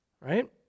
right